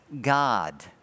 God